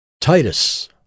Titus